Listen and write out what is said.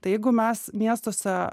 tai jeigu mes miestuose